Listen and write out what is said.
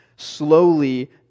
slowly